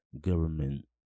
government